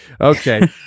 Okay